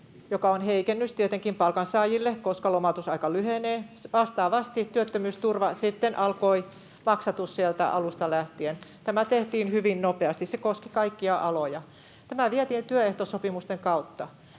mikä on heikennys tietenkin palkansaajille, koska lomautusaika lyhenee. Vastaavasti työttömyysturvan maksatus sitten alkoi sieltä alusta lähtien. Tämä tehtiin hyvin nopeasti. Se koski kaikkia aloja. Tämä vietiin työehtosopimusten kautta.